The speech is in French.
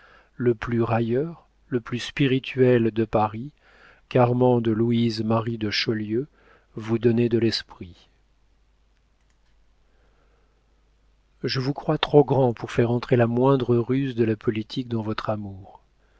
le plus railleur le plus spirituel de paris quarmande louise marie de chaulieu vous donnait de l'esprit je vous crois trop grand pour faire entrer la moindre ruse de la politique dans votre amour